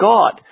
God